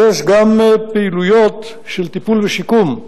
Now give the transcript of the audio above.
יש גם פעילויות של טיפול ושיקום,